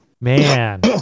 Man